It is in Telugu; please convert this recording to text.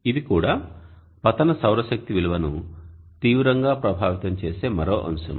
ఇది కూడా పతన సౌర శక్తి విలువను తీవ్రంగా ప్రభావితం చేసే మరో అంశం